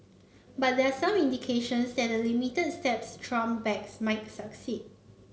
but there are some indications that the limits steps trump backs might succeed